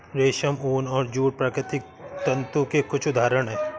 रेशम, ऊन और जूट प्राकृतिक तंतु के कुछ उदहारण हैं